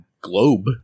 globe